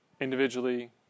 individually